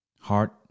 heart